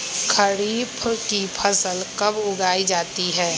खरीफ की फसल कब उगाई जाती है?